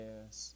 Yes